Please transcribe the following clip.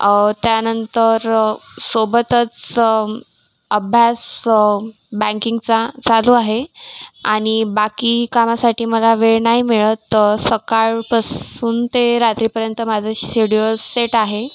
त्यानंतर सोबतच अभ्यास बँकिंगचा चालू आहे आणि बाकी कामासाठी मला वेळ नाही मिळत तर सकाळपासून ते रात्रीपर्यंत माझं शेड्युल सेट आहे